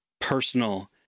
personal